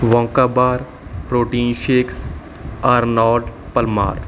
Wonka bar protein shakes Arnold Palmer